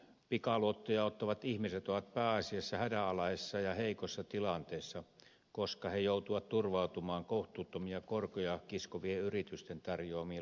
pikaluottoja ottavat ihmiset ovat pääasiassa hädänalaisessa ja heikossa tilanteessa koska he joutuvat turvautumaan kohtuuttomia korkoja kiskovien yritysten tarjoamiin luottoihin